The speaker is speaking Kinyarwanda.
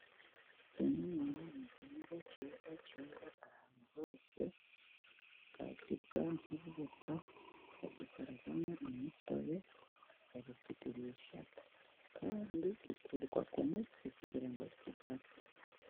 ikinyomoro ni igihingwa cyiza, kera ahantu hose. Bakirya nk'ubuto, bagikoramo imitobe, barakigurisha, kandi giterwa ku muti kugira ngo kidapfa.